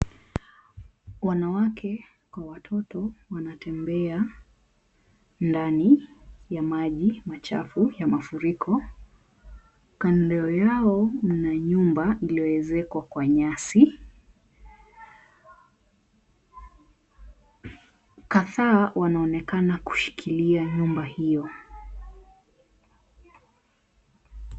Wanawake kwa watoto wanatembea ndani ya maji machafu ya mafuriko. Kando yao mna nyumba iliyoezekwa kwa nyasi. Kadhaa wanaonekana kushikilia nyumba hiyo.